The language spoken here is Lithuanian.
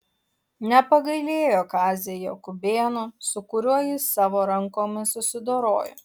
nepagailėjo kazio jakubėno su kuriuo jis savo rankomis susidorojo